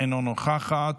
אינו נוכח,